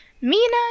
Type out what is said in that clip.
Mina